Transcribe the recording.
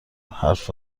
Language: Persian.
حرف